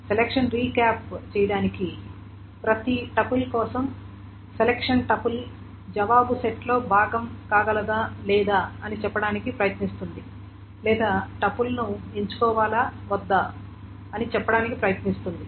selection recap చేయడానికి ప్రతి tuple కోసం సెలక్షన్ టపుల్ జవాబు సెట్లో భాగం కాగలదా లేదా అని చెప్పడానికి ప్రయత్నిస్తుంది లేదా టపుల్ను ఎంచుకోవాలా వద్దా అని చెప్పడానికి ప్రయత్నిస్తుంది